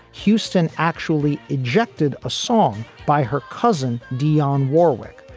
houston actually ejected a song by her cousin, dionne warwick,